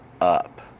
up